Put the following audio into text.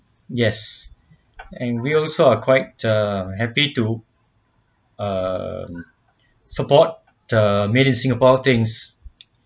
yes and we also are quite uh happy to err support the made in singapore things